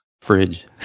fridge